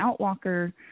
Outwalker